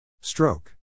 Stroke